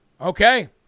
Okay